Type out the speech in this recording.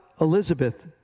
Elizabeth